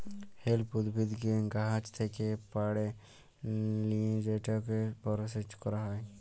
hemp উদ্ভিদকে গাহাচ থ্যাকে পাড়ে লিঁয়ে সেটকে পরসেস ক্যরা হ্যয়